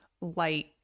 light